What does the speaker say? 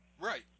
Right